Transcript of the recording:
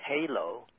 Halo